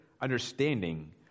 understanding